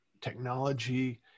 technology